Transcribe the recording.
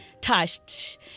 touched